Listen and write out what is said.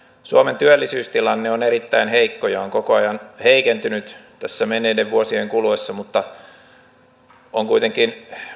suomen työllisyystilanne on erittäin heikko ja on koko ajan heikentynyt tässä menneiden vuosien kuluessa mutta on kuitenkin